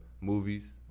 movies